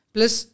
Plus